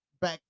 back